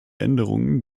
änderungen